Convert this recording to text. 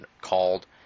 called